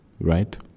Right